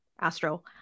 Astro